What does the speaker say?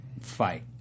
fight